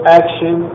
action